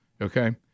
Okay